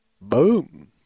Boom